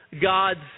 God's